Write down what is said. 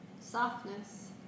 softness